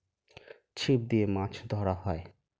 ছিপ দিয়ে মাছ ধরা হয়